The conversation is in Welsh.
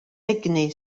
egni